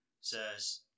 says